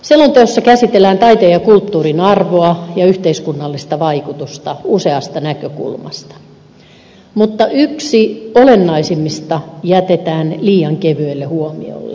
selonteossa käsitellään taiteen ja kulttuurin arvoa ja yhteiskunnallista vaikutusta useasta näkökulmasta mutta yksi olennaisimmista jätetään liian kevyelle huomiolle